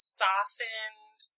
softened